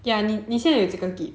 ya 你你现在有几个 gig